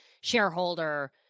shareholder